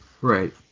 Right